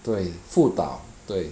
对辅导对